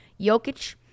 Jokic